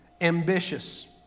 ambitious